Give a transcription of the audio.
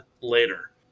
later